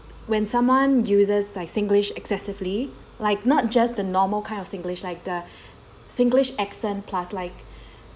when someone uses like singlish excessively like not just the normal kind of singlish like the singlish accent plus like